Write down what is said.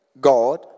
God